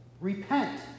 repent